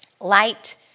Light